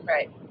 Right